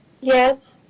Yes